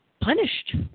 Punished